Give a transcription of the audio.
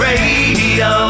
Radio